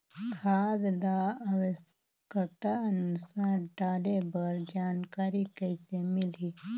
खाद ल आवश्यकता अनुसार डाले बर जानकारी कइसे मिलही?